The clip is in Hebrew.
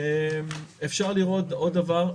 אפשר לראות עוד דבר,